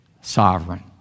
Sovereign